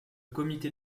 comité